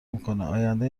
میکنه، آینده